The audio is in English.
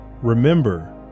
Remember